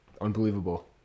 unbelievable